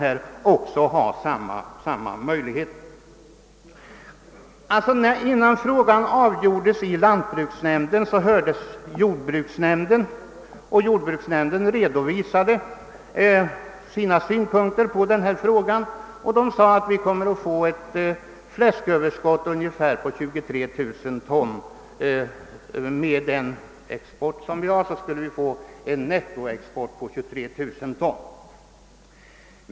Åtgärder för att åstadkomma bärkraftiga och effektiva familjejordbruk Innan frågan avgjordes i lantbruksnämnden hördes jordbruksnämnden som redovisade sina synpunkter och anförde att vi här i landet har ett nettoöverskott av fläsk på ungefär 23 000 ton, som måste exporteras.